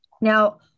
Now